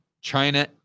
China